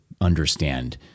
understand